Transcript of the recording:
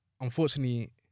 unfortunately